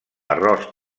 arròs